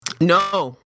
No